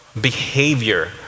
behavior